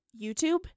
YouTube